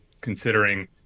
considering